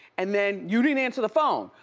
and then you didn't answer the phone.